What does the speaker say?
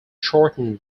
shorten